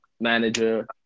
manager